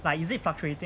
like is it fluctuating